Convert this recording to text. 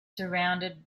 surrounded